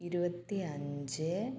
ഇരുപത്തി അഞ്ച് മാർ